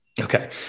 Okay